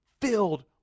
filled